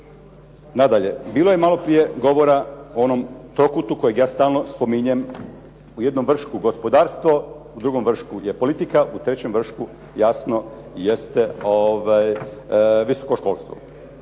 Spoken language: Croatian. Nadalje, bilo je malo prije govora o onom trokutu kojeg ja stalno spominjem. U jednom vršku gospodarstvo, u drugom vršku je politika, u trećem vršku jasno jeste visoko školstvo.